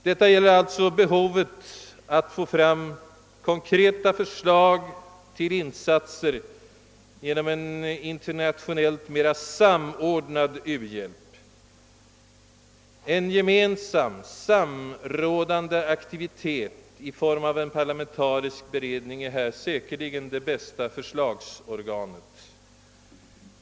Detta gäller alltså behovet av att få fram konkreta förslag till insatser ge nom en internationellt mer samordnad u-hjälp. En gemensam, samrådande aktivitet i form av en parlamentarisk beredning är då säkerligen det bästa förslagsorganet.